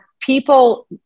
people